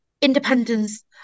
independence